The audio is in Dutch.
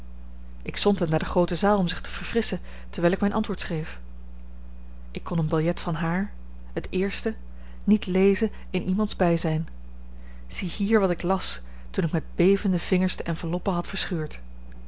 ik zond hem naar de groote zaal om zich te verfrisschen terwijl ik mijn antwoord schreef ik kon een biljet van haar het eerste niet lezen in iemands bijzijn ziehier wat ik las toen ik met bevende vingers de enveloppe had verscheurd